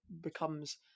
becomes